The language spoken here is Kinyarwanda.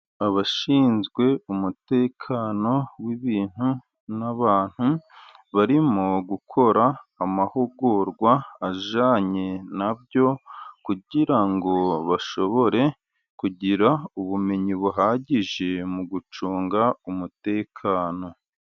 Abashinzwe umutekano w'ibintu n'abantu, barimo gukora amahugurwa ajyanye na byo, kugira ngo bashobore kugira ubumenyi buhagije, mu gucunga umutekano.